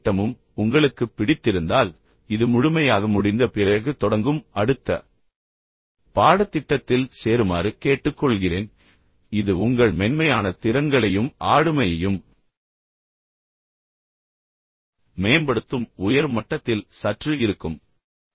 முழு பாடத்திட்டமும் உங்களுக்கு பிடித்திருந்தால் இது முழுமையாக முடிந்த பிறகு தொடங்கும் அடுத்த பாடத்திட்டத்தில் சேருமாறு கேட்டுக்கொள்கிறேன் இது உங்கள் மென்மையான திறன்களையும் ஆளுமையையும் மேம்படுத்தும் உயர் மட்டத்தில் சற்று இருக்கும்